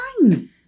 fine